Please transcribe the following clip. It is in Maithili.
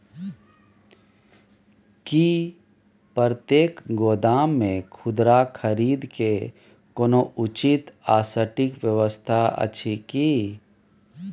की प्रतेक गोदाम मे खुदरा खरीद के कोनो उचित आ सटिक व्यवस्था अछि की?